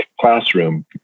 classroom